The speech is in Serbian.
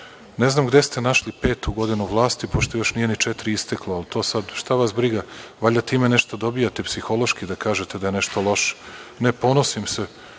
Ne znam gde ste našli petu godinu vlasti, pošto još nije ni četiri isteklo, ali to sad, šta vas briga, valjda time nešto dobijate psihološki, da kažete da je nešto loše. Ne ponosim se